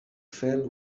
fell